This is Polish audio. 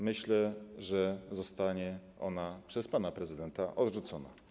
Myślę, że zostanie ona przez pana prezydenta odrzucona.